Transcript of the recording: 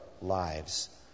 lives